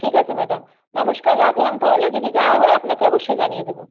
ঠিক আছে ম্যাডাম নমস্কার রাখলাম তাহলে যদি যাওয়া হয় আপনাকে অবশ্যই জানিয়ে দেবো